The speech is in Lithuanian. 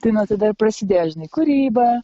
tai nuo tada ir prasidėjo žinai kūryba